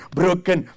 broken